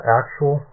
actual